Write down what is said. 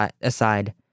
aside